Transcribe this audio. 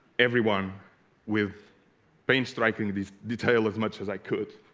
everyone with pain striking this detail as much as i could